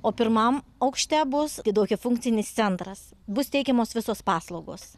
o pirmam aukšte bus daugiafunkcinis centras bus teikiamos visos paslaugos